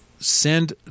Send